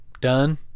done